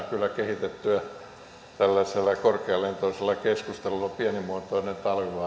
kyllä kehitettyä tällaisella korkealentoisella keskustelulla pienimuotoinen talvivaara riski